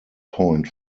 point